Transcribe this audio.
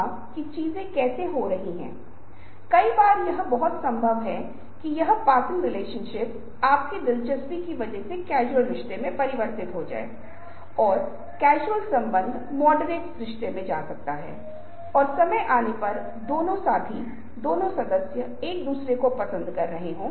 कई उदाहरण हैं जैसे की the smart bomb of Gulf War जो तरह तरह के दिखते हैं गल्फ वॉर के स्मार्ट गल्फ बम ने कई टैंकरों बंकरों और विभिन्न प्रकार की चीजों पर बमबारी की जो वास्तव में rubber floats rubber blow up थे